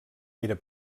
era